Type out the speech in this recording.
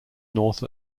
north